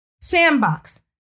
Sandbox